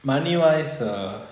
money wise err